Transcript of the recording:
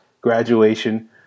graduation